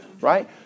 Right